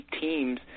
teams